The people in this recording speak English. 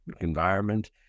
environment